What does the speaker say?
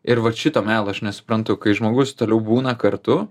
ir vat šito melo aš nesuprantu kai žmogus toliau būna kartu